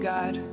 God